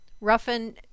Ruffin